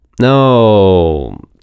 No